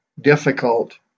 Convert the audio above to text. difficult